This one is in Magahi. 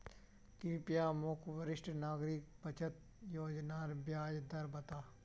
कृप्या मोक वरिष्ठ नागरिक बचत योज्नार ब्याज दर बता